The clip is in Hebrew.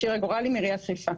שירה גורלי מעיריית חיפה.